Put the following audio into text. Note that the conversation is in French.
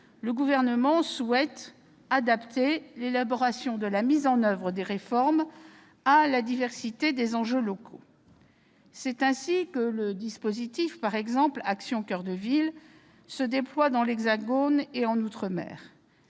le Gouvernement souhaite adapter l'élaboration et l'application des réformes à la diversité des enjeux locaux. C'est ainsi que le dispositif Action coeur de ville se déploie dans l'Hexagone et en outre-mer.